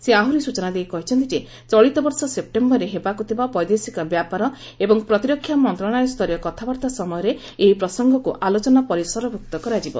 ସେ ଆହୁରି ସୂଚନା ଦେଇ କହିଛନ୍ତି ଯେ ଚଳିତବର୍ଷ ସେପ୍ଟେମ୍ବରରେ ହେବାକୁ ଥିବା ବୈଦେଶିକ ବ୍ୟାପାର ଏବଂ ପ୍ରତିରକ୍ଷା ମନ୍ତ୍ରଣାଳୟ ସ୍ତରୀୟ କଥାବାର୍ତ୍ତା ସମୟରେ ଏହି ପ୍ରସଙ୍ଗକ୍ତ ଆଲୋଚନା ପରିସରଭ୍ରକ୍ତ କରାଯିବ